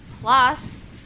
Plus